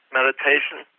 meditation